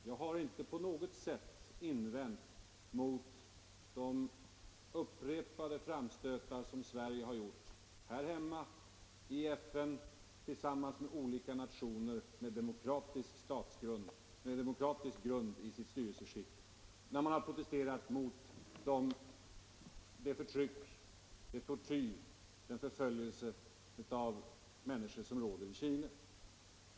Jag har inte på något sätt invänt mot de upprepade framstötar som Sverige har gjort här hemma, i FN eller tillsammans med olika nationer med demokratisk grund i sitt styrelseskick, när man protesterat mot den tortyr, den förföljelse av människor och det förtryck som råder i Chile.